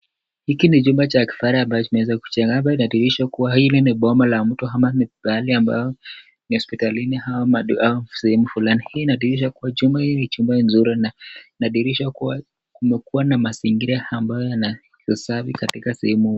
Hiki ni chumba cha kifahari ambacho kimeweza kujengwa , hapa inadhihirisha kuwa hili ni boma ya mtu au mahali ambayo ni hospitalini au sehemu fulani. Hii inadhihirisha kuwa chumba hii ni chumba mzuri, na inadhihirisha kuwa kumekuwa na mazingira ambayo na safi katika sehemu hii.